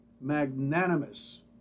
magnanimous